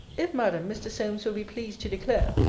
if, madam, mr. solmes will be pleased to declare,